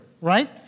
right